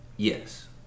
Yes